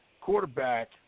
quarterback